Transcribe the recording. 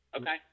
Okay